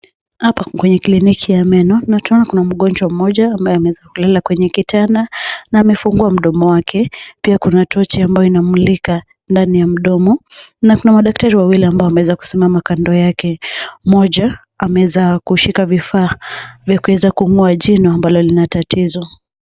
Hapa ni kwenye kliniki ya meno na tunaona mgonjwa mmoja ambaye amelala kwenye kitanda na amefungua mdomo wake . Pia kuna tochi ambalo linamulika ndani ya mdomo na kuna madaktari wawili ambao wameweza kusimama kando yake . Mmoja ameweza kushika vifaa vya kuweza kungoa jino ambalo lina tatizo.